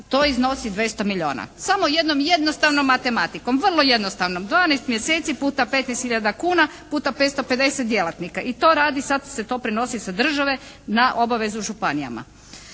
to iznosi 200 milijuna. Samo jednom jednostavnom matematikom, vrlo jednostavnom 12 mjeseci puta 15000 kuna puta 550 djelatnika i to radi sad se to prenosi sa države na obavezu županijama.